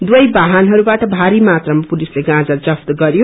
दुवै बाहनहस्लबाट भारी मात्राामा पुलिसले गाँजा जफ्त गर्यो